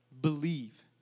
Believe